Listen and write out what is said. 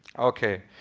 okay.